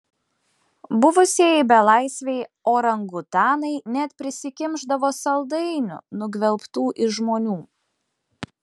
buvusieji belaisviai orangutanai net prisikimšdavo saldainių nugvelbtų iš žmonių